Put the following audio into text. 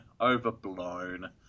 overblown